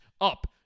up